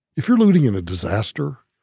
if you're looting in a disaster